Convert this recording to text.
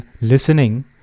listening